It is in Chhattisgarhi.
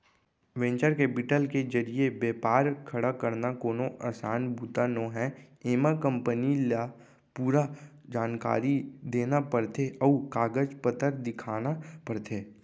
वेंचर केपिटल के जरिए बेपार खड़ा करना कोनो असान बूता नोहय एमा कंपनी ल पूरा जानकारी देना परथे अउ कागज पतर दिखाना परथे